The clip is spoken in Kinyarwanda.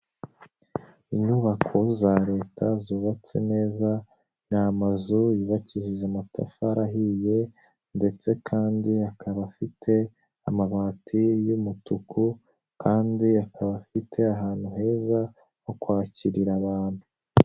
Inyubako za leta zubatse neza ni amazu yubakishije amatafari ahiye ndetse kandi akaba afite amabati y'umutuku kandi akaba afite ahantu heza ho kwakirira abantu.